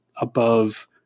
above-